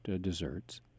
desserts